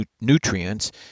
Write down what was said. nutrients